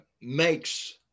makes